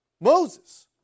Moses